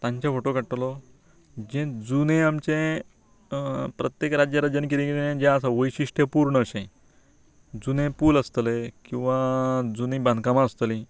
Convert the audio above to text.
तांचे फोटो काडटलों जें जुनें आमचें प्रत्येक राज्या राज्यांत कितें कितें जें आसा वैशिश्टपूर्ण अशें जुने पूल आसतले किंवां जुनीं बांदकामां आसतलीं